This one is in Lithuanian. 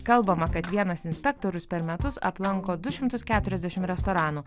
kalbama kad vienas inspektorius per metus aplanko du šimtus keturiasdešimt restoranų